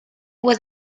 was